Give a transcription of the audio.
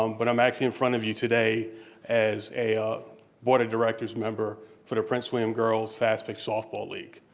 um but i'm actually in front of you today as a ah board of directors member for the prince william girls fast pitch softball league.